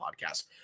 podcast